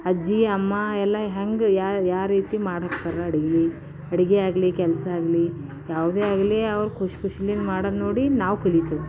ಅಜ್ಜಿ ಅಮ್ಮ ಎಲ್ಲ ಹೆಂಗೆ ಯಾವ ರೀತಿ ಮಾಡ್ಯಕ್ತರ ಅಡ್ಗೆ ಅಡ್ಗೆ ಆಗಲಿ ಕೆಲಸ ಆಗಲಿ ಯಾವುದೇ ಆಗಲಿ ಅವ್ರು ಖುಷಿ ಖುಷಿಯಿಂದ ಮಾಡೋದು ನೋಡಿ ನಾವು ಕಲಿಬೇಕು